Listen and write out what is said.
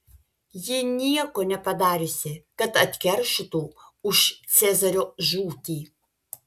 ji nieko nepadariusi kad atkeršytų už cezario žūtį